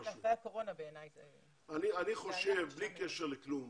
בלי קשר לכלום,